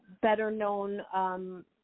better-known